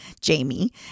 Jamie